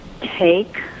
take